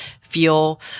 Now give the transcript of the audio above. feel